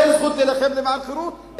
אין זכות להילחם למען חירות?